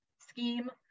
scheme